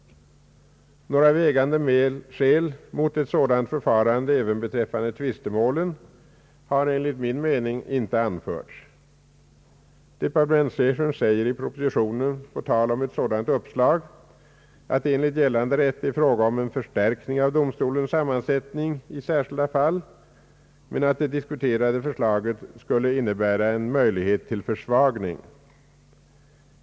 Några vägande skäl mot ett sådant förfarande även beträffande tvistemål har enligt min mening inte anförts. Departementschefen säger i propositionen beträffande ett sådant uppslag att det enligt gällande rätt är fråga om en förstärkning av domstols sammansättning i särskilda fall men att det diskuterade förslaget skulle innebära en möjlighet till försvagning.